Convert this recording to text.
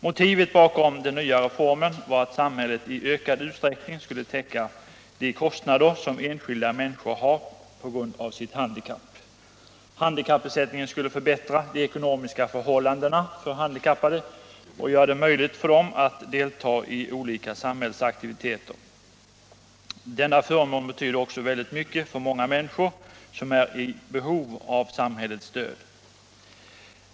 Motivet bakom den nya reformen var att samhället i ökad utsträckning skulle täcka de kostnader som enskilda människor har på grund av sitt handikapp. Handikappersättningen skulle förbättra de ekonomiska förhållandena för handikappade och göra det möjligt för dem att delta i olika samhällsaktiviteter. Denna förmån betyder också väldigt mycket för många människor som är i behov av samhällets stöd.